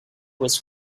was